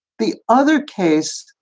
the other case,